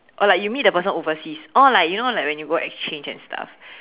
or like you meet the person overseas or like you know like you go exchange and stuff